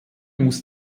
muss